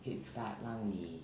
head start 让你